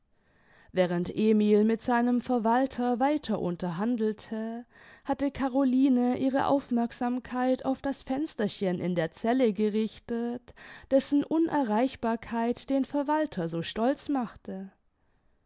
während emil mit seinem verwalter weiter unterhandelte hatte caroline ihre aufmerksamkeit auf das fensterchen in der zelle gerichtet dessen unerreichbarkeit den verwalter so stolz machte